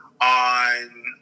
on